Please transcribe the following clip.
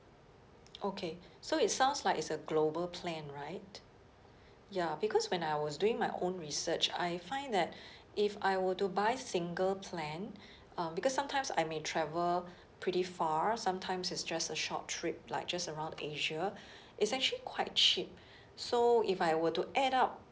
okay so it sounds like it's a global plan right ya because when I was doing my own research I find that if I were to buy single plan um because sometimes I may travel pretty far sometimes it's just a short trip like just around asia it's actually quite cheap so if I were to add up